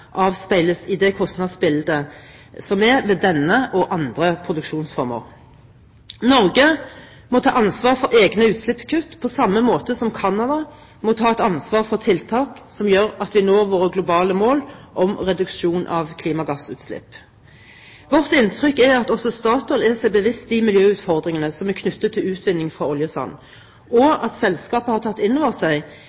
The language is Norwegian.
avspeiles i det kostnadsbildet som er ved denne og andre produksjonsformer. Norge må ta ansvar for egne utslippskutt på samme måte som Canada må ta et ansvar for tiltak som gjør at vi når våre globale mål om reduksjon av klimagassutslipp. Vårt inntrykk er at også Statoil er seg bevisst de miljøutfordringene som er knyttet til utvinning fra oljesand, og